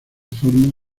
forma